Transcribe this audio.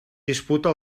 disputa